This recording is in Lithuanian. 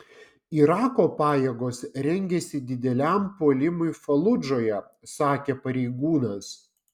irako pajėgos rengiasi dideliam puolimui faludžoje sakė pareigūnas